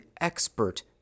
expert